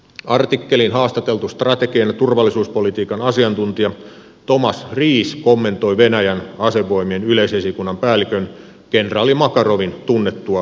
artikkeliin haastateltu strategian ja turvallisuuspolitiikan asiantuntija tomas ries kommentoi venäjän asevoimien yleisesikunnan päällikön kenraali makarovin tunnettua lausuntoa